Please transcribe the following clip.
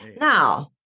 Now